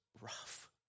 rough